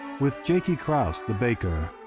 with jakey krause, the baker,